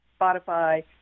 Spotify